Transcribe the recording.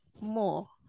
More